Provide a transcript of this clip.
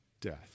Death